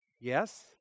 yes